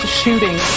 shooting